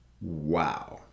wow